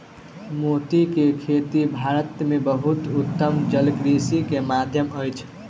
मोती के खेती भारत में बहुत उत्तम जलकृषि के माध्यम अछि